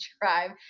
drive